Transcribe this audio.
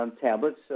tablets